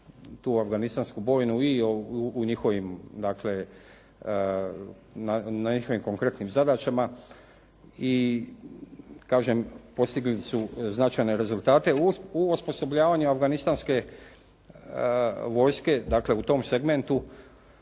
tu afganistansku bojnu i u njihovim dakle, na njihovim konkretnim zadaćama i kažem postigli su značajne zadatke u osposobljavanju afganistanske vojske, dakle, u tom segmentu